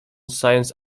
science